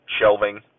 shelving